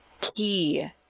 key